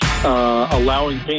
Allowing